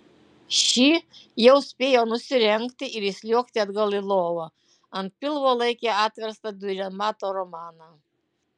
ši jau spėjo nusirengti ir įsliuogti atgal į lovą ant pilvo laikė atverstą diurenmato romaną